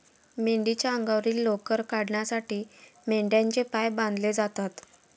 मेंढीच्या अंगावरील लोकर काढण्यासाठी मेंढ्यांचे पाय बांधले जातात